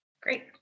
Great